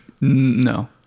no